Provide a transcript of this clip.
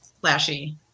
flashy